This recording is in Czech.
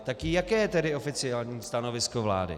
Tak jaké je tedy oficiální stanovisko vlády?